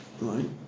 right